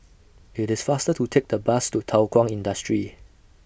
IT IS faster to Take The Bus to Thow Kwang Industry